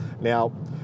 now